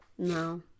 no